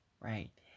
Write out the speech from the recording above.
right